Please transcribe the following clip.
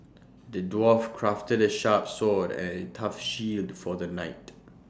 the dwarf crafted A sharp sword and tough shield for the knight